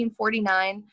1949